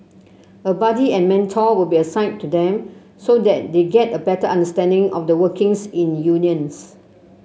a buddy and mentor will be assigned to them so they get a better understanding of the workings in unions